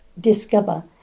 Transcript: Discover